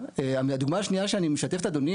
הדוגמא השנייה שאני משתף את אדוני,